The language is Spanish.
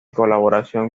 colaboración